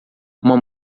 uma